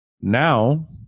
now